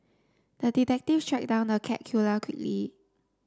the detective tracked down the cat killer quickly